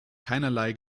keinerlei